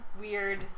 weird